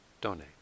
donate